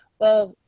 well,